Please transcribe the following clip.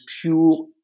pure